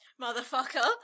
motherfucker